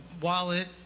wallet